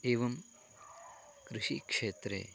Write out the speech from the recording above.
एवं कृषिक्षेत्रे